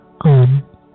on